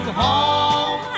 home